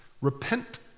repent